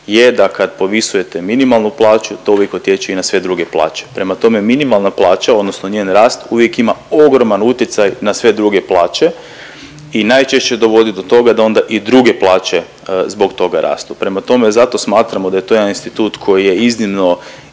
je da kad povisujete minimalnu plaću to uvijek utječe i na sve druge plaće. Prema tome, minimalna plaća odnosno njen rast uvijek ima ogroman utjecaj na sve druge plaće i najčešće onda dovodi do toga da onda i druge plaće zbog toga rastu. Prema tome, zato smatramo da je to jedan institut koji je iznimno,